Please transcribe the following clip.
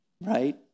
Right